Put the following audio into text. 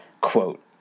quote